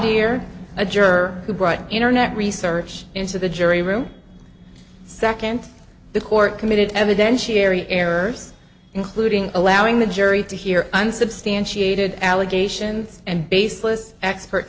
dear a juror who brought internet research into the jury room second the court committed evidentiary errors including allowing the jury to hear unsubstantiated allegations and baseless expert